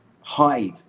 hide